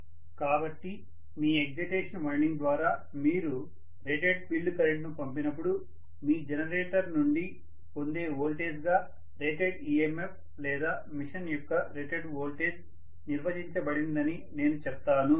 కాబట్టి మీ excitation winding ద్వారా మీరు రేటెడ్ ఫీల్డ్ కరెంట్ను పంపినపుడు మీ జనరేటర్ నుండి పొందే వోల్టేజ్గా రేటెడ్ EMF లేదా మెషిన్ యొక్క రేటెడ్ వోల్టేజ్ నిర్వచించబడిందని నేను చెప్తాను